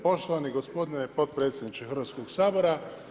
Poštovani gospodine potpredsjedniče Hrvatskog sabora.